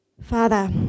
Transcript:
Father